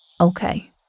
Okay